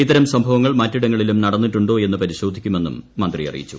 ഇത്തരം സംഭവങ്ങൾ മറ്റിടങ്ങളിലും നടന്നിട്ടുണ്ടോ എന്ന് പരിശോധിക്കുമെന്നും മന്ത്രി അറിയിച്ചു